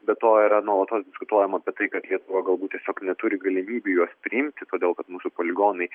be to yra nuolatos diskutuojama apie tai kad lietuva galbūt tiesiog neturi galimybių juos priimti todėl kad mūsų poligonai